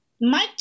Mike